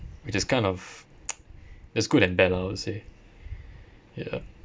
which is kind of there's good and bad lah I would say ya